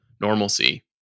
normalcy